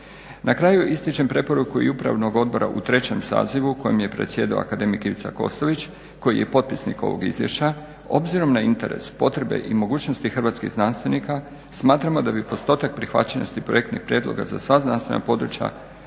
Na kraju ističem preporuku i upravnog odbora u trećem sazivu u kojem je predsjedao akademik Ivica Kostović koji je potpisnik ovog izvješća. Obzirom na interes, potrebe i mogućnosti hrvatskih znanstvenika smatramo da bi postotak prihvaćenosti projektnih prijedloga za sva znanstvena područja